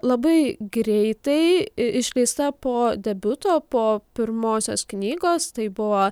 labai greitai išleista po debiuto po pirmosios knygos tai buvo